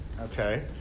Okay